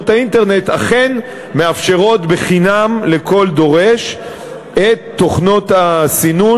האינטרנט אכן מאפשרות בחינם לכל דורש את תוכנות הסינון